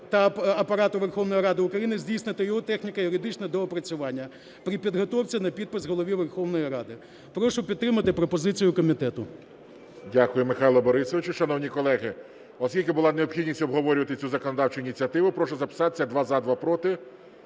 та Апарату Верховної Ради України здійснити його техніко-юридичне доопрацювання при підготовці на підпис Голові Верховної Ради. Прошу підтримати пропозицію комітету. ГОЛОВУЮЧИЙ. Дякую, Михайле Борисовичу. Шановні колеги, оскільки була необхідність обговорювати цю законодавчу ініціативу, прошу записатися: два – за, два – проти